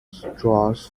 strauss